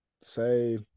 say